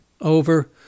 over